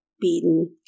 beaten